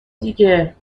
دیگه